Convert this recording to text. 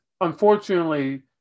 unfortunately